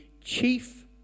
chief